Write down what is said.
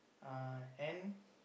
uh and